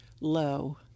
low